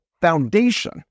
foundation